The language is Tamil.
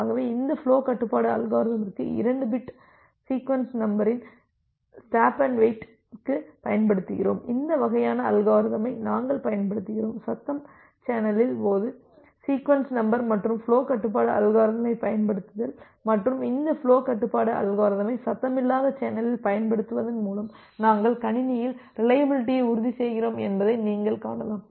ஆகவே இந்த ஃபுலோ கட்டுப்பாட்டு அல்காரிதமுக்கு 2 பிட் சீக்வென்ஸ் நம்பரினை ஸ்டாப் அண்டு வெயிட்ற்கு பயன்படுத்துகிறோம் இந்த வகையான அல்காரிதமை நாங்கள் பயன்படுத்துகிறோம் சத்தம் சேனலின் போது சீக்வென்ஸ் நம்பர் மற்றும் ஃபுலோ கட்டுப்பாட்டு அல்காரிதமைப் பயன்படுத்துதல் மற்றும் இந்த ஃபுலோ கட்டுப்பாட்டு அல்காரிதமை சத்தமில்லாத சேனலில் பயன்படுத்துவதன் மூலம் நாங்கள் கணினியில் ரிலையபிலிட்டியை உறுதிசெய்கிறோம் என்பதை நீங்கள் காணலாம்